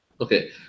Okay